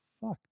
Fuck